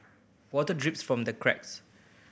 water drips from the cracks